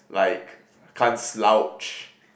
like can't slouch